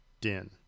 Din